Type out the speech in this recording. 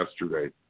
yesterday